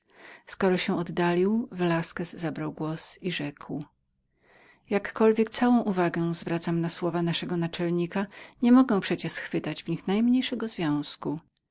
skoro się oddalił velasquez zabrał głos i rzekł jakkolwiek całą uwagę zwracam na słowa naszego naczelnika niemogę przecie schwytać w nich najmniejszego związku